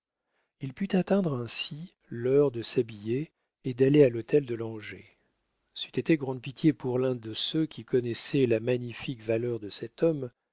il put atteindre ainsi l'heure de s'habiller et d'aller à l'hôtel de langeais c'eût été grande pitié pour l'un de ceux qui connaissaient la magnifique valeur de cet homme